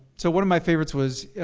so one of my favorites was,